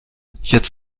jetzt